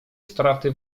straty